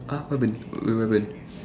ah what happened wait what happened